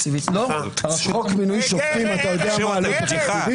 בחוק מינוי שופטים אתה יודע מה העלות התקציבית?